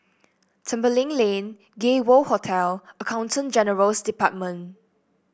Tembeling Lane Gay World Hotel Accountant General's Department